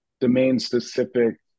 domain-specific